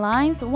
Lines